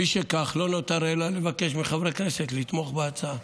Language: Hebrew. משכך, לא נותר אלא לבקש מחברי הכנסת לתמוך בהצעה.